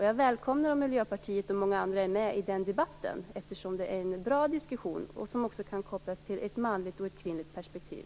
Jag välkomnar Miljöpartiet och många andra i den debatten, eftersom det är en bra diskussion som också kan kopplas till ett manligt och ett kvinnligt perspektiv.